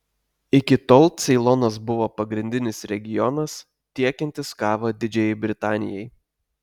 iki tol ceilonas buvo pagrindinis regionas tiekiantis kavą didžiajai britanijai